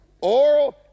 Oral